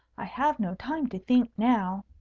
i have no time to think now.